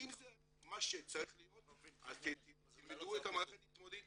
אם זה מה שצריך להיות אז תלמדו את המערכת להתמודד,